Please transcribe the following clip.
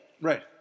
Right